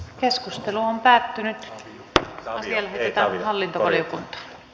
keskustelu on päätynyt pääasia että hallinto päättyi